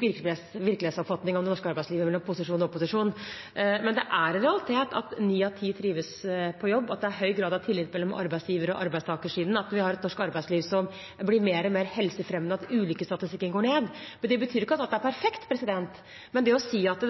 ulik virkelighetsoppfatning av det norske arbeidslivet mellom posisjon og opposisjon. Men det er en realitet at ni av ti trives på jobb, at det er høy grad av tillit mellom arbeidsgiver- og arbeidstakersiden, at vi har et norsk arbeidsliv som blir mer og mer helsefremmende, og at ulykkesstatistikken går ned. Det betyr ikke at alt er perfekt. Men det å si at